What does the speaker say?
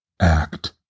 Act